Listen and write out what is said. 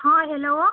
ହଁ ହ୍ୟାଲୋ